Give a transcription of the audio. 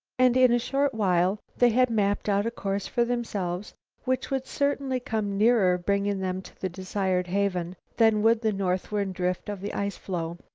and in a short while they had mapped out a course for themselves which would certainly come nearer bringing them to the desired haven than would the north-ward drift of the ice-floe.